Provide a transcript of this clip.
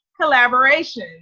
collaboration